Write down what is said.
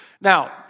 Now